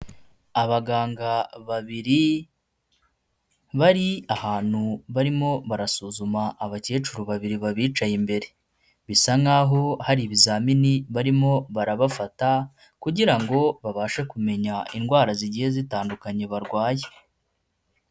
Abaganga babiri bari ahantu barimo barasuzuma abakecuru babiri ba bicaye imbere, bisa nkaho hari ibizamini barimo barabafata kugira ngo babashe kumenya indwara zigiye zitandukanye barwaye.